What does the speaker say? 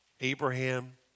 Abraham